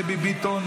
דבי ביטון,